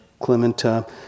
Clementa